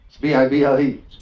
B-I-B-L-E